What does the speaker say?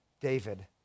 David